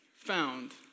found